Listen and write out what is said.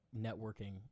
networking